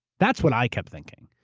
that's what i kept thinking.